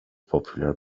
popular